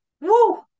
Woo